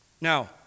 Now